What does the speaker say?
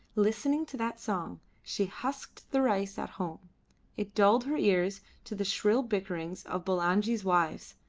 listening to that song she husked the rice at home it dulled her ears to the shrill bickerings of bulangi's wives,